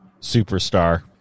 superstar